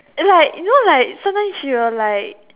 like you know like sometimes you are like